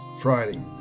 Friday